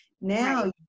Now